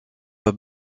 pas